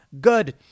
good